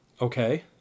okay